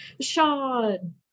Sean